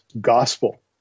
gospel